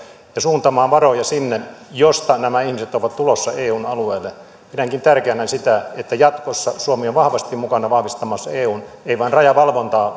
ja suuntaamaan varoja sinne mistä nämä ihmiset ovat tulossa eun alueelle näenkin tärkeänä sen että jatkossa suomi on vahvasti mukana vahvistamassa eun ei vain rajavalvontaa